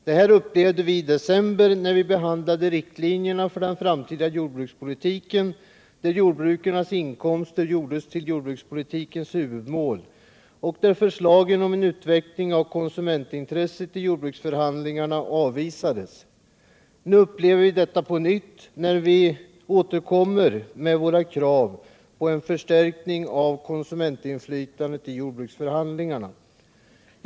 Detta upplevde vi i december när vi behandlade riktlinjerna för den framtida jordbrukspolitiken, där jordbrukarnas inkomster gjordes till jordbrukspolitikens huvudmål och där förslagen om en utveckling av konsumentintresset i jordbruksförhandlingarna avvisades. Nu upplever vi detta på nytt när vi återkommer med våra krav på en förstärkning av konsumentinflytandet i jordbruksförhandlingarna.